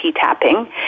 tapping